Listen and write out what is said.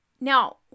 Now